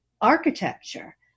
architecture